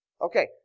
Okay